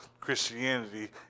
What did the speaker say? Christianity